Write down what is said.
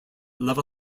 level